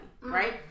Right